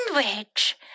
Sandwich